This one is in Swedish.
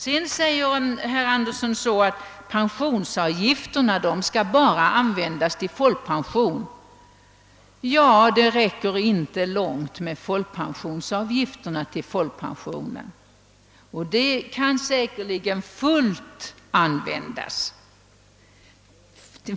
Herr Anderson i Sundsvall sade att pensionsavgifterna bara skall användas till folkpension. Ja, det räcker inte långt med folkpensionsavgifterna till folkpensionerna!